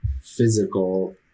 physical